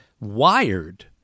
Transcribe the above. wired